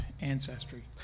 ancestry